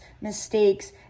mistakes